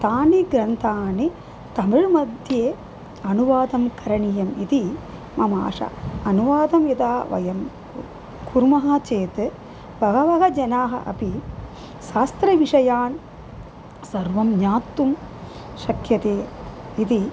तानि ग्रन्थानि तमिळ् मध्ये अनुवादं करणीयम् इति मम आशा अनुवादं यदा वयं कु कुर्मः चेत् बहवः जनाः अपि शास्त्रविषयान् सर्वं ज्ञातुं शक्यते इति